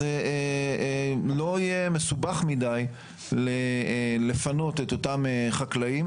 לא יהיה מסובך מדי לפנות את אותם חקלאים.